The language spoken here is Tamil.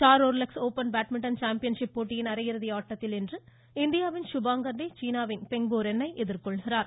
சார்லோர்லக்ஸ் ஓப்பன் பேட்மிட்டன் சாம்பியன்ஷிப் போட்டியின் அரையிறுதி ஆட்டத்தில் இன்று இந்தியாவின் சுபாங்கர் டே சீனாவின் பெங்போ ரென்னை எதிர்கொள்கிறார்